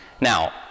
Now